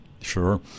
Sure